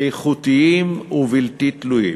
איכותיים ובלתי תלויים.